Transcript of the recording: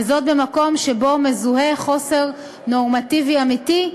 וזאת במקום שבו מזוהה חוסר נורמטיבי אמיתי,